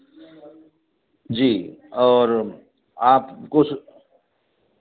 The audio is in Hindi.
जी और आप कुछ